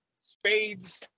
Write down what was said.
spades